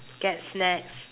get snacks